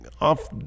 Off